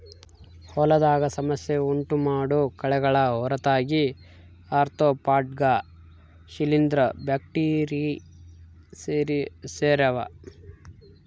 ಹೊಲದಾಗ ಸಮಸ್ಯೆ ಉಂಟುಮಾಡೋ ಕಳೆಗಳ ಹೊರತಾಗಿ ಆರ್ತ್ರೋಪಾಡ್ಗ ಶಿಲೀಂಧ್ರ ಬ್ಯಾಕ್ಟೀರಿ ಸೇರ್ಯಾವ